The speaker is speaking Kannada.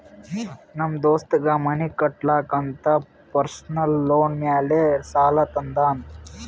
ನಮ್ ದೋಸ್ತಗ್ ಮನಿ ಕಟ್ಟಲಾಕ್ ಅಂತ್ ಪರ್ಸನಲ್ ಲೋನ್ ಮ್ಯಾಲೆ ಸಾಲಾ ತಂದಾನ್